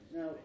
Now